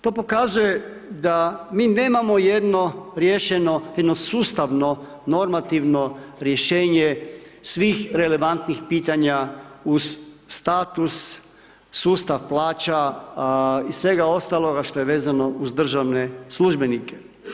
To pokazuje da mi nemamo jedno riješeno, jedno sustavno normativno rješenje svih relevantnih pitanja uz status, sustav plaća i svega ostalo što je vezano uz državne službenike.